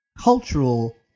cultural